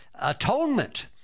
atonement